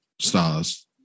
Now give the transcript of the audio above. stars